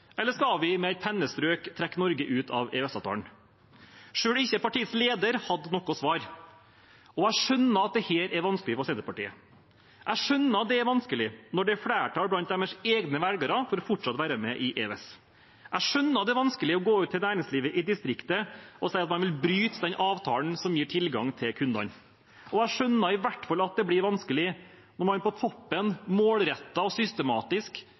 Eller skal vi med et pennestrøk trekke Norge ut av EØS-avtalen? Selv ikke partiets leder hadde noe svar. Jeg skjønner at dette er vanskelig for Senterpartiet. Jeg skjønner at det er vanskelig når det er flertall blant deres egne velgere for fortsatt å være med i EØS. Jeg skjønner at det er vanskelig å gå ut til næringslivet i distriktet og si at man vil bryte den avtalen som gir tilgang til kundene. Og jeg skjønner i hvert fall at det blir vanskelig når man på toppen, målrettet og systematisk,